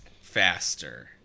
faster